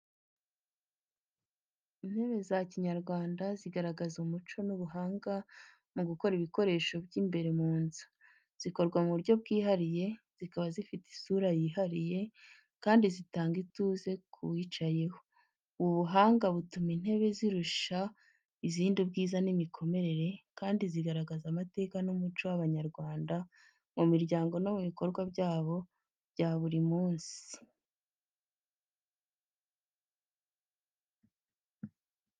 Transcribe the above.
Intebe za Kinyarwanda zigaragaza umuco n’ubuhanga mu gukora ibikoresho by’imbere mu nzu. Zikorwa mu buryo bwihariye, zikaba zifite isura yihariye, kandi zitanga ituze ku wicayeho. Ubu buhanga butuma intebe zirusha abandi ubwiza n’imikorere, kandi zigaragaza amateka n’umico w’Abanyarwanda mu miryango no mu bikorwa byabo bya buri munsi.